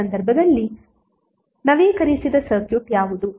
ಆ ಸಂದರ್ಭದಲ್ಲಿ ನವೀಕರಿಸಿದ ಸರ್ಕ್ಯೂಟ್ ಯಾವುದು